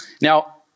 Now